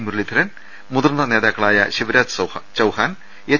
മുരളീധരൻ മുതിർന്ന നേതാക്കളായ ശിവരാജ് ചൌഹാൻ എച്ച്